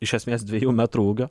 iš esmės dviejų metrų ūgio